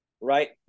Right